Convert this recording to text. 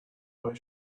where